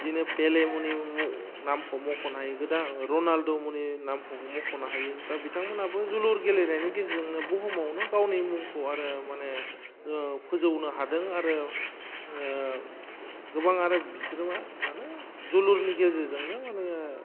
बिदिनो गेलेमुनि नामखौ मख'नो हायो रनाल्ड' मोननि नामखौ मख'नो हायो दा बिथांमोनहाबो जोलुर गेलेनायनि गेजेरजोंनो बुहुमावनो गावनि मुंखौ आरो माने फोजौनो हादों आरो गोबां आरो बिसोर मा माने जोलुरनि गेजेरजोंनो माने